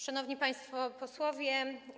Szanowni Państwo Posłowie!